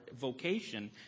vocation